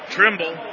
Trimble